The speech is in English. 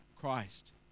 Christ